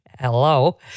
Hello